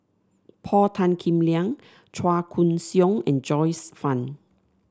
Paul Tan Kim Liang Chua Koon Siong and Joyce Fan